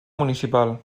municipal